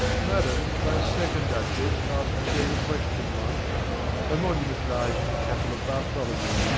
madam, my second duchess asked the same question once her monument lies in the chapel of bartholomew,